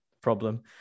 problem